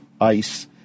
ice